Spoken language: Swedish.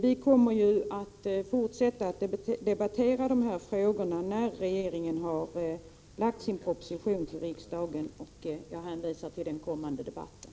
Vi skall ju fortsätta att debattera dessa frågor när regeringen har lagt fram sin proposition i riksdagen, och jag hänvisar till den kommande debatten.